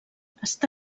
està